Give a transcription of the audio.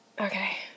Okay